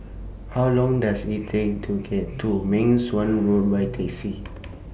How Long Does IT Take to get to Meng Suan Road By Taxi